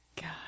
God